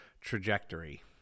trajectory